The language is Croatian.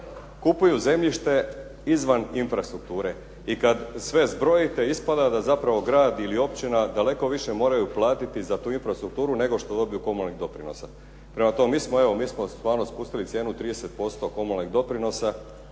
kupuju zemljište izvan infrastrukture i kad sve zbrojite ispada da zapravo grad ili općina daleko više moraju platiti za tu infrastrukturu nego što dobiju komunalnih doprinosa. Prema tome, mi smo stvarno spustili cijenu 30% komunalnih doprinosa